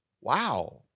wow